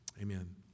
Amen